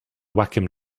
wacom